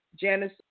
Janice